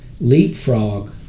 leapfrog